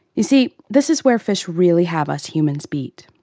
you see, this is where fish really have us humans beat!